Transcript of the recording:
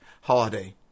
holiday